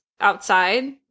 outside